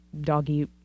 doggy